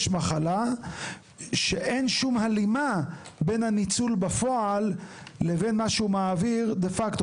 מחלה שאין שום הלימה בין הניצול בפועל לבין מה שהוא מעביר דה פקטו.